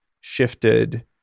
shifted